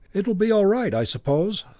it will be all right, i suppose?